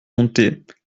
montait